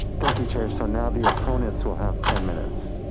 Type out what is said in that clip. thank you chair. so now the opponents will have ten minutes,